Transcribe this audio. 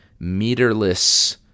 meterless